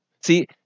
See